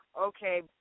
okay